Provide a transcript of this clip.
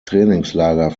trainingslager